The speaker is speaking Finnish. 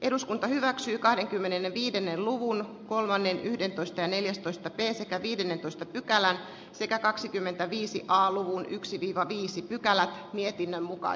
eduskunta hyväksyy kahdenkymmenenviidennen luvun kolmannen yhdentoista neljästoista kesä kävikin että täällä sekä kaksikymmentäviisi alkuun yksi viisi pykälää mietinnön mukaan